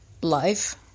life